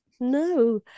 No